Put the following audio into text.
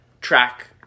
track